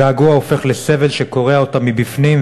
הגעגוע הופך לסבל שקורע אותה מבפנים,